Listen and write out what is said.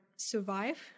survive